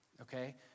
okay